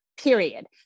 period